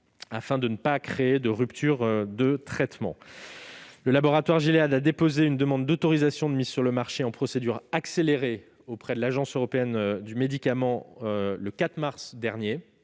afin de ne pas provoquer de rupture de traitement. Le laboratoire Gilead a déposé une demande d'autorisation de mise sur le marché (AMM) en procédure accélérée auprès de l'Agence européenne du médicament le 4 mars dernier.